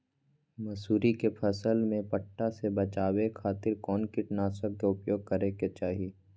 मसूरी के फसल में पट्टा से बचावे खातिर कौन कीटनाशक के उपयोग करे के चाही?